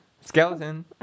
skeleton